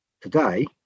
today